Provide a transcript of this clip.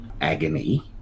agony